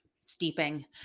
steeping